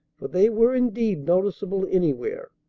for they were indeed noticeable anywhere.